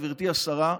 גברתי השרה,